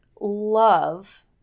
love